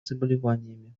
заболеваниями